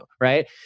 right